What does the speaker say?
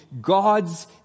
God's